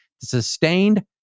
sustained